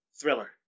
Thriller